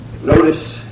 Notice